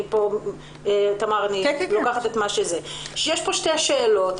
יש כאן שתי שאלות.